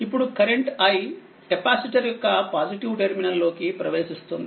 ఇప్పుడు current capacitor యొక్క positive terminal లోకి ప్రవేశిస్తుంది